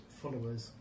followers